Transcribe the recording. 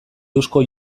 eusko